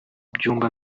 byumba